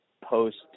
post